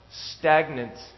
stagnant